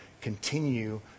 continue